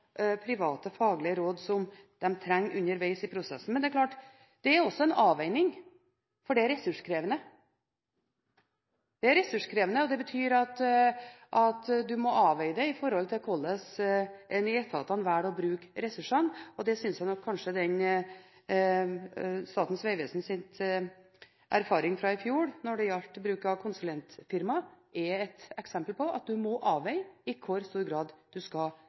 private faglige råd som de trenger underveis i prosessen. Men det er klart at det også er en avveining fordi det er ressurskrevende. Det er ressurskrevende, og det betyr at du må avveie det i forhold til hvordan en i etatene velger å bruke ressursene. Det synes jeg nok kanskje Statens vegvesens erfaring fra i fjor når det gjaldt bruk av konsulentfirmaer, er et eksempel på. Du må avveie i hvor stor grad du skal